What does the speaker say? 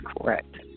correct